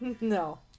no